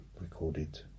recorded